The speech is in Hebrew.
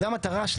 זו המטרה שלה,